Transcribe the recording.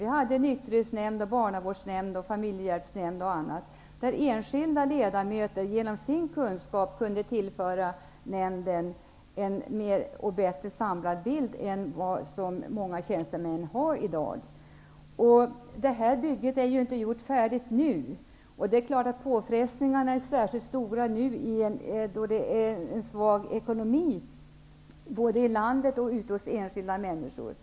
Det fanns nykterhetsnämnd, barnavårdsnämnd, familjehjälpsnämnd och andra, där enskilda ledamöter kunde tillföra kunskap och ge nämnden en mer samlad bild än vad många tjänstemän har i dag. Detta bygge är inte färdigt. Det är klart att påfrestningarna nu är särskilt stora när ekonomin både i landet och hos enskilda människor är svag.